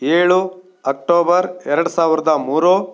ಏಳು ಅಕ್ಟೋಬರ್ ಎರಡು ಸಾವಿರದ ಮೂರು